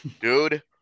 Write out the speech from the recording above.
Dude